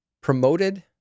promoted